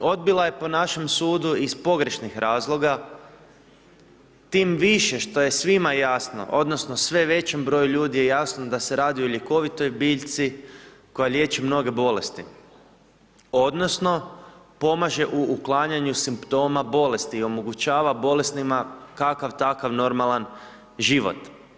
Odbila je po našem sud iz pogrešnih razloga tim više što je svima jasno odnosno sve većem broju ljudi je jasno da se radi o ljekovitoj biljci koja liječi mnoge bolesti, odnosno pomaže u uklanjanju simptoma bolesti i omogućava bolesnima kakav takav normalan život.